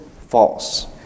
false